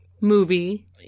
movie